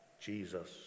Jesus